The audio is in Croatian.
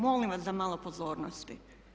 Molim vas za malo pozornosti.